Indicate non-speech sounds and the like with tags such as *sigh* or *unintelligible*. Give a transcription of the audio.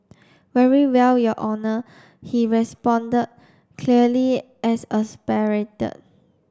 very well your Honour he responded clearly *unintelligible*